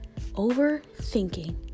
Overthinking